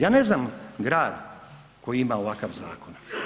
Ja ne znam grad koji ima ovakav zakon.